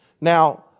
Now